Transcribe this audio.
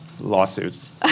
Lawsuits